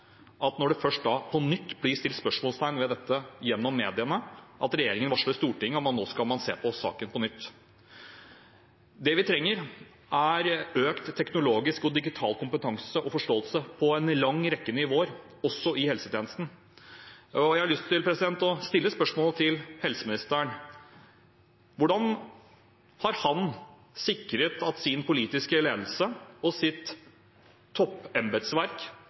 at regjeringen først når det på nytt blir satt spørsmålstegn ved dette gjennom mediene, varsler Stortinget om at nå skal man se på saken på nytt. Det vi trenger, er økt teknologisk og digital kompetanse og forståelse på en lang rekke nivåer, også i helsetjenesten. Jeg har lyst til å stille spørsmålet til helseministeren: Hvordan har han sikret at hans politiske ledelse og hans toppembetsverk,